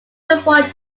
avoid